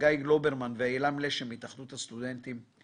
גיא גלוברמן ועילם לשם מהתאחדות הסטודנטים,